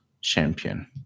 Champion